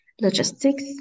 logistics